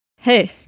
hey